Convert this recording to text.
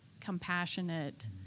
compassionate